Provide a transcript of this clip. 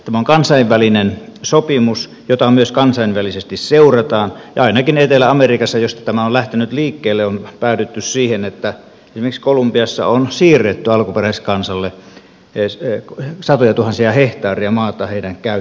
tämä on kansainvälinen sopimus jota myös kansainvälisesti seurataan ja ainakin etelä amerikassa josta tämä on lähtenyt liikkeelle on päädytty siihen että esimerkiksi kolumbiassa on siirretty alkuperäiskansalle satojatuhansia hehtaareja maata heidän käyttöönsä